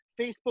Facebook